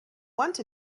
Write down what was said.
want